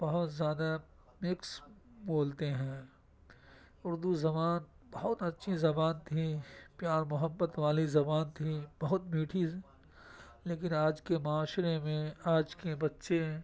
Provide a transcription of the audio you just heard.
بہت زیادہ مکس بولتے ہیں اردو زبان بہت اچھی زبان تھی پیار محبت والی زبان تھی بہت میٹھی لیکن آج کے معاشرے میں آج کے بچے